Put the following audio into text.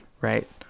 right